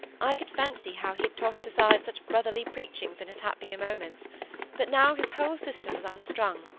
i could fancy how he had tossed aside such brotherly preachings in his happier moments but now his whole system was unstrung,